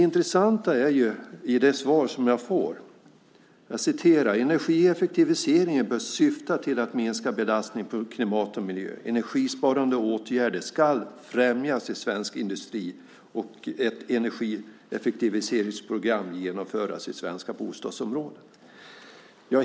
I det svar som jag fått sägs följande: "Energieffektiviseringen bör syfta till att minska belastningen på klimat och miljö. Energisparande åtgärder ska främjas i svensk industri och ett energieffektiviseringsprogram genomföras i det svenska bostadsbeståndet."